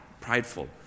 prideful